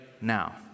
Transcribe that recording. now